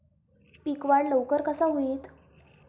पीक वाढ लवकर कसा होईत?